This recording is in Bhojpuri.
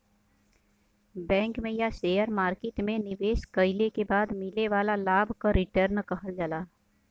बैंक में या शेयर मार्किट में निवेश कइले के बाद मिले वाला लाभ क रीटर्न कहल जाला